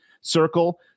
circle